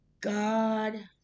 God